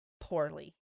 poorly